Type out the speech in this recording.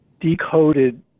decoded